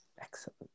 Excellent